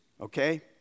okay